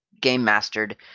game-mastered